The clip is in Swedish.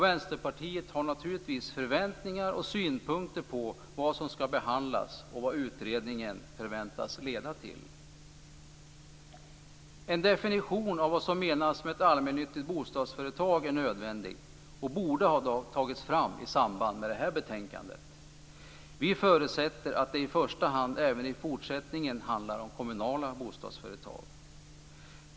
Vänsterpartiet har naturligtvis förväntningar och synpunkter på vad som skall behandlas och vad utredningen förväntas leda till. En definition av vad som menas med ett allmännyttigt bostadsföretag är nödvändig och borde ha tagits fram i samband med det här betänkandet. Vi förutsätter att det i första hand även i fortsättningen handlar om kommunala bostadsföretag.